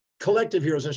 collective heroes. and